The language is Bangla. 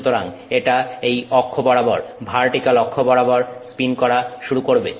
সুতরাং এটা এই অক্ষ বরাবর ভার্টিক্যাল অক্ষ বরাবর স্পিন করা শুরু করবে